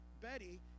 Betty